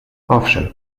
owszem